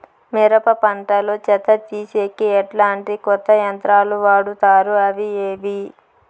మిరప పంట లో చెత్త తీసేకి ఎట్లాంటి కొత్త యంత్రాలు వాడుతారు అవి ఏవి?